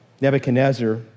Nebuchadnezzar